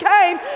came